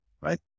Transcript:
right